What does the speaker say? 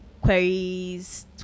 queries